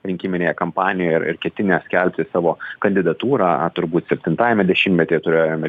rinkiminėje kampanijoje ir ir ketinę skelbti savo kandidatūrą turbūt septintajame dešimtmetyje turėjome